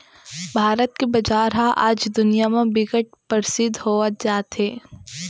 भारत के बजार ह आज दुनिया म बिकट परसिद्ध होवत जात हे